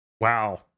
Wow